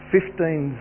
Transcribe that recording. Fifteen